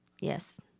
Yes